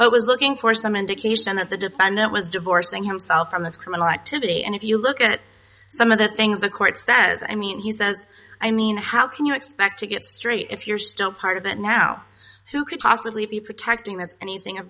but was looking for some indication that the defendant was divorcing himself from this criminal activity and if you look at some of the things the court says i mean he says i mean how can you expect to get straight if you're still part of it now who could possibly be protecting that's anything of